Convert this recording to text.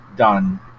done